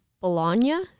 Bologna